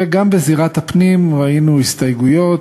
וגם בזירת הפנים ראינו הסתייגויות.